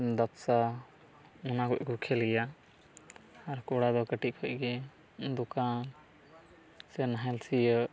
ᱫᱷᱟᱯᱥᱟ ᱚᱱᱟ ᱠᱩᱡ ᱠᱚ ᱠᱷᱮᱞ ᱜᱮᱭᱟ ᱟᱨ ᱠᱚᱲᱟ ᱫᱚ ᱠᱟᱹᱴᱤᱡ ᱠᱷᱚᱡ ᱜᱮ ᱫᱚᱠᱟᱱ ᱥᱮ ᱱᱟᱦᱮᱞ ᱥᱤᱭᱳᱜ